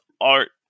art